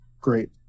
great